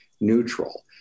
neutral